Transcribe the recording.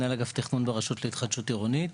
מנהל אגף תכנון ברשות להתחדשות עירונית.